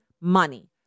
money